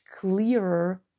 clearer